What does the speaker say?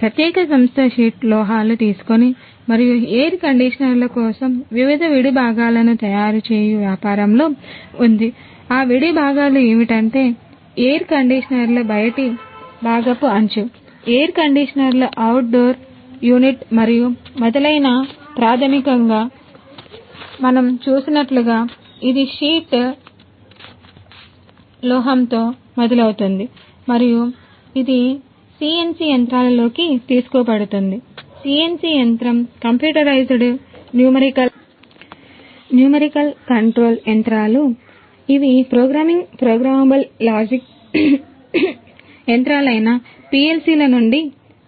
ప్రత్యేక సంస్థ షీట్ను కలిగి